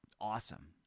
awesome